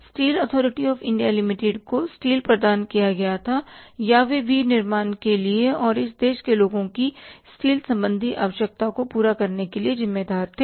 steel authority of India limited को steel प्रदान किया गया था या वे विनिर्माण के लिए और इस देश के लोगों की स्टील संबंधी आवश्यकता को पूरा करने के लिए जिम्मेदार थे